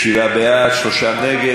שבעה בעד, שלושה נגד.